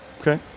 Okay